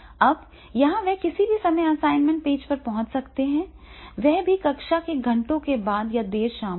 अब यहाँ वे किसी भी समय असाइनमेंट पेज पर पहुँच सकते हैं वह भी कक्षा के घंटों के बाद या देर शाम को